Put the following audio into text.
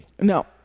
No